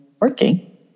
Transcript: working